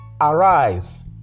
arise